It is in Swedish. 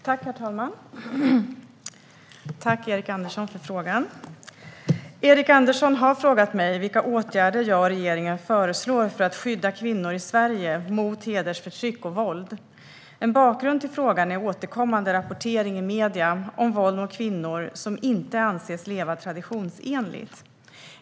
Herr talman! Jag tackar Erik Andersson för interpellationen. Han har frågat mig vilka åtgärder jag och regeringen föreslår för att skydda kvinnor i Sverige mot hedersförtryck och våld. En bakgrund till frågan är återkommande rapportering i medierna om våld mot kvinnor som inte anses leva traditionsenligt.